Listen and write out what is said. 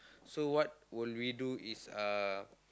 so what will we do is uh